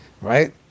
right